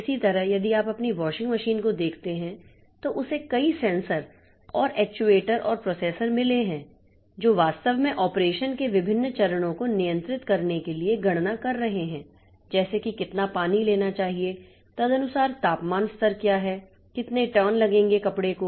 इसी तरह यदि आप अपनी वॉशिंग मशीन को देखते हैं तो उसे कई सेंसर और एक्ट्यूएटर और प्रोसेसर मिले हैं जो वास्तव में ऑपरेशन के विभिन्न चरणों को नियंत्रित करने के लिए गणना कर रहे हैं जैसे कि कितना पानी लेना चाहिए तदनुसार तापमान स्तर क्या है कितने टर्न लगेंगे कपडे को